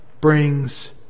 brings